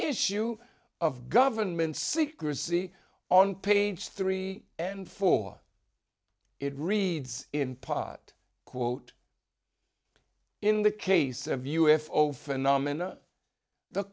issue of government secrecy on page three and four it reads in part quote in the case of u f o phenomena the